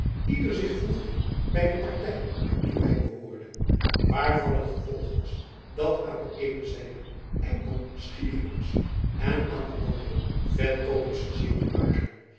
ieder zich voegde bij de partij waartoe hij behoorde waarvan het gevolg was dat aan de eene zijde enkel schieringers en aan de andere vetkoopers gezeten waren